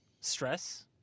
stress